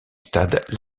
stade